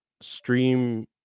stream